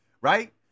right